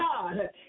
God